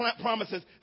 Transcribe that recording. promises